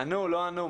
ענו לא ענו,